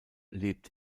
lebt